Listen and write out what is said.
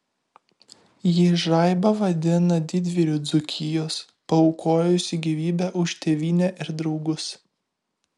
ji žaibą vadina didvyriu dzūkijos paaukojusiu gyvybę už tėvynę ir draugus